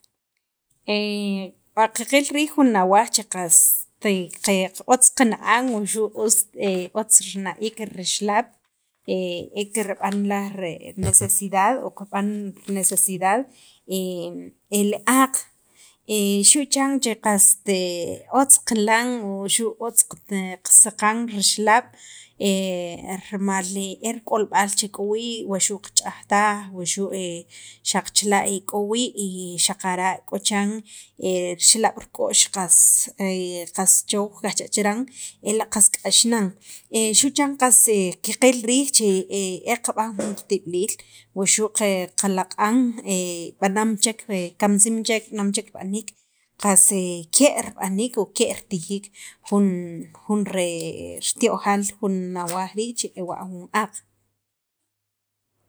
wa qiqil riij jun awaj che qast qe otzt qana'an wuxu' ust otz rina'iik rixalab' e kirb'an laj rinecesidad o kirb'an necesidad el aaq, xu' chan qast qilan xu' otz qasaqan rixalaab' rimal er k'olb'al che'el k'o wii', waxu' qach'ajtaj, wuxu' xaq chila k'o wii' xaqara' k'o chiran rixalab' rik'o'x qas qas chuj kajcha' chiran re ela' qask'ax nan e qab'an jun qatib'iliil wuxu' qe qalaq'an b'anam chek, kamsiim chek, b'anam chek rib'aniik qas ke' rib'aniik o ke' ritijiik jun jun re riti'ojal jun awaj rii' che ewa' jun aaq.